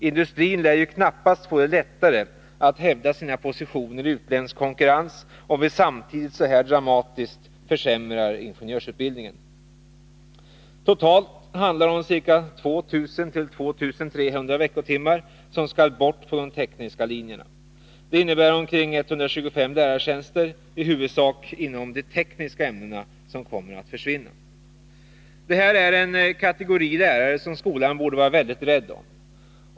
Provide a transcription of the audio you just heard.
Industrin lär knappast få det lättare att hävda sina positioner i utländsk konkurrens, om vi samtidigt så här dramatiskt försämrar ingenjörsutbildningen. Totalt handlar det om att 2 000 å 2 300 veckotimmar skall bort på den tekniska linjen. Det innebär att omkring 125 lärartjänster, i huvudsak inom de tekniska ämnena, kommer att försvinna. Det är en kategori lärare som skolan borde vara väldigt rädd om.